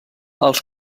els